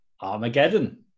Armageddon